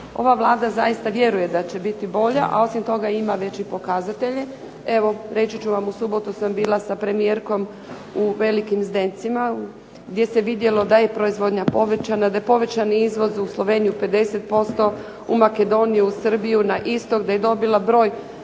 Ova Vlada zaista vjeruje da će biti bolja, a osim toga ima već i pokazatelje. Evo reći ću vam, u subotu sam bila sa premijerkom u Velikim Zdencima gdje se vidjelo da je proizvodnja povećana, da je povećan izvoz u Sloveniju 50%, u Makedoniju, Srbiju, na istok, da je dobila broj